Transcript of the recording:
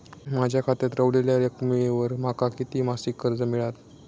माझ्या खात्यात रव्हलेल्या रकमेवर माका किती मासिक कर्ज मिळात?